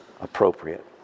appropriate